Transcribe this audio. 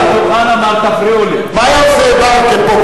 לא, תפריעו לי.